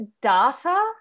data